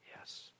Yes